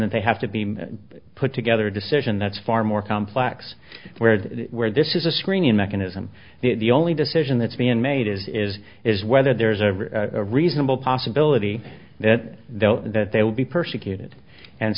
then they have to be put together a decision that's far more complex where the where this is a screening mechanism the only decision that's been made is is whether there's a reasonable possibility that the that they would be persecuted and